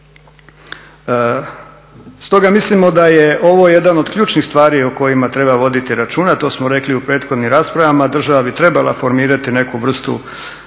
Stoga mislimo da je ovo jedna od ključnih stvari o kojima treba voditi računa, to smo rekli i u prethodnim raspravama. Država bi trebala formirati neku vrstu